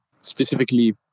specifically